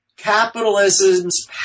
capitalism's